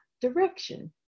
direction